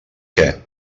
què